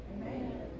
Amen